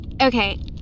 Okay